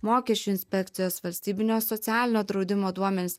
mokesčių inspekcijos valstybinio socialinio draudimo duomenis